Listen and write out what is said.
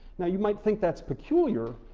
now you might think that's peculiar.